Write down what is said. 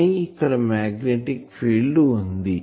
కానీ ఇక్కడ magnetic field ఉంటుంది